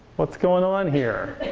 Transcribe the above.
what's going on here?